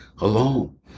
alone